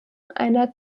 einer